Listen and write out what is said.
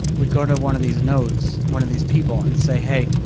we'd go to one of these nodes one of these people and say, hey,